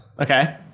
Okay